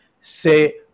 say